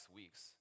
weeks